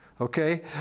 Okay